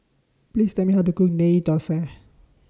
Please Tell Me How to Cook Ghee Thosai